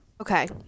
okay